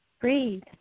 breathe